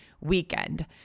weekend